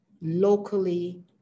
locally